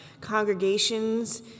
congregations